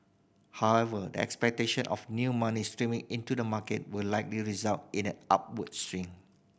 however the expectation of new money streaming into the market will likely result in an upward swing